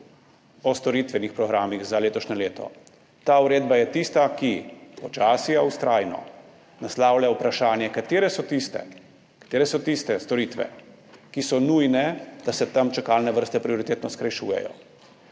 o storitvenih programih za letošnje leto. Ta uredba je tista, ki počasi, a vztrajno naslavlja vprašanja: katere so tiste storitve, ki so nujne, da se tam čakalne vrste prioritetno skrajšujejo;